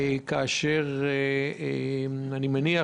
כאשר אני מניח